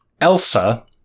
Elsa